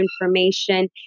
information